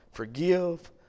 Forgive